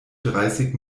dreißig